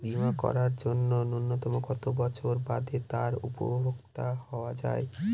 বীমা করার জন্য ন্যুনতম কত বছর বাদে তার উপভোক্তা হওয়া য়ায়?